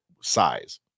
size